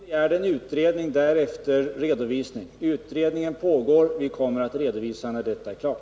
Herr talman! Riksdagen begärde en utredning och därefter en redovisning. Utredningen pågår. Vi kommer att lämna en redovisning när utredningen är klar.